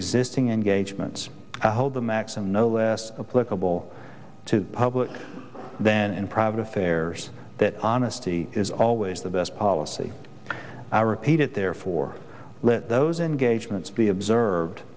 existing engagements i hold the maxim no less political to public then in private affairs that honesty is always the best policy i repeat it therefore let those engagements be observed